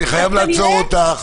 אני חייב לעצור אותך.